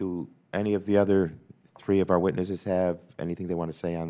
to any of the other three of our witnesses have anything they want to say on